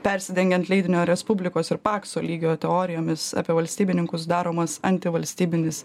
persidengiant leidinio respublikos ir pakso lygio teorijomis apie valstybininkus daromas antivalstybinis